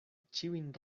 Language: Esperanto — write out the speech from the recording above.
ĉiujn